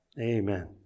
Amen